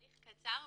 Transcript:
קצר.